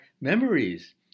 memories